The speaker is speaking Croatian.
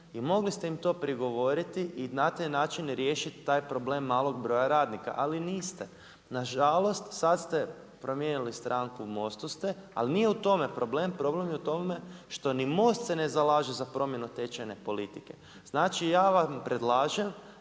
i mogli ste im to prigovoriti i na taj način riješiti taj problem malog broja radnika, ali niste. Na žalost sad ste promijenili stranku, u MOST-u ste, ali nije u tome problem. Problem je u tome što ni MOST se ne zalaže za promjenu tečajne politike. Znači, ja vam predlažem